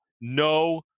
no